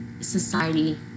society